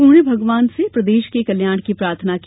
उन्होंने भगवान से प्रदेश के कल्याण की प्रार्थना की